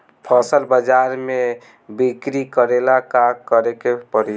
फसल बाजार मे बिक्री करेला का करेके परी?